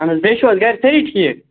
اَہَن حظ بیٚیہِ چھُو حظ گَرِ سٲری ٹھیٖک